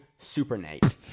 Supernate